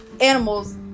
animals